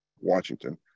Washington